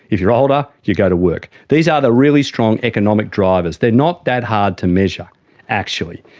if you're older, you go to work. these are the really strong economic drivers. they're not that hard to measure actually.